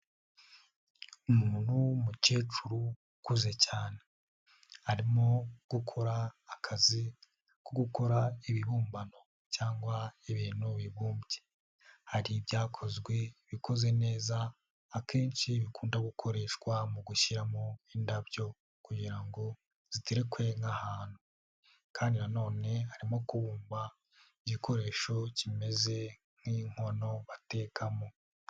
Umuntu w'umukecuru ukuze cyane. Arimo gukora akazi ko gukora ibibumbano cyangwa ibintu bibumbye. Hari ibyakozwe bikoze neza akenshi bikunda gukoreshwa mu gushyiramo indabyo kugira ngo ziterekwe ahantu kandi na none arimo kubumba igikoresho kimeze nk'inkono batekamo.